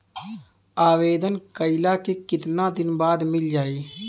आवेदन कइला के कितना दिन बाद मिल जाई?